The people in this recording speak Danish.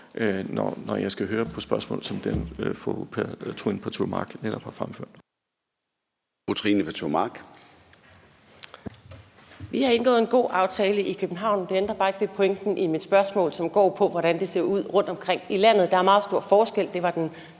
Gade): Fru Trine Pertou Mach. Kl. 09:25 Trine Pertou Mach (EL): Vi har indgået en god aftale i København. Det ændrer bare ikke ved pointen i mit spørgsmål, som går på, hvordan det ser ud rundtomkring i landet. Der er meget stor forskel, og det var en